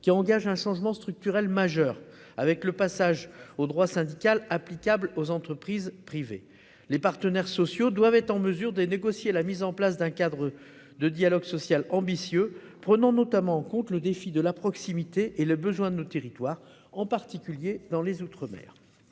qui engage un changement structurel majeur, avec le passage au droit syndical applicable aux entreprises privées. Les partenaires sociaux doivent être en mesure de négocier la mise en place d'un cadre de dialogue social ambitieux, prenant notamment en compte le défi de la proximité et les besoins de nos territoires, en particulier dans les outre-mer.